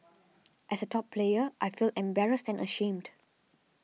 as a top player I feel embarrassed and ashamed